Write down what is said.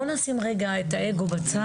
בואו נשים רגע את האגו בצד.